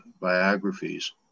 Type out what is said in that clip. biographies